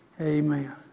Amen